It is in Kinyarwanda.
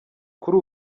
kuri